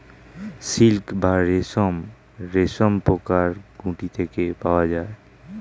silk বা রেশম রেশমপোকার গুটি থেকে পাওয়া যায়